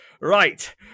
Right